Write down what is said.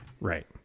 Right